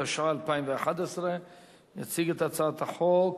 התשע"א 2011. יציג את הצעת החוק